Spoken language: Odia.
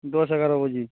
ଦଶ ଏଗାର ବାଜି